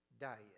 diet